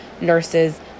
nurses